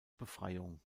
befreiung